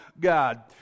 God